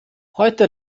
heute